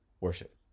worship